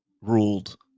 ruled